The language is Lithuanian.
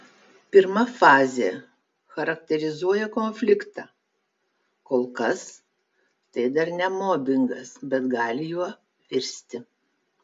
pirma fazė charakterizuoja konfliktą kol kas tai dar ne mobingas bet gali juo virsti